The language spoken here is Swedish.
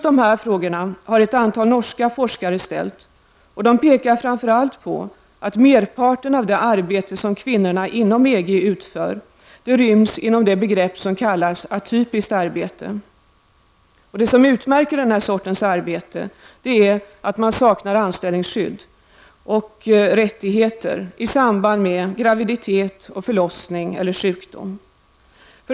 De här frågorna har ett antal norska forskare ställt, och de pekar framför allt på att merparten av det arbete som kvinnorna i EG utför ryms inom begreppet atypiskt arbete. Det som utmärker den här sortens arbete är att de saknar anställningsskydd och rättigheter i samband med graviditet, förlossning eller sjukdom.